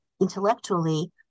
intellectually